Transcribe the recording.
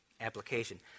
application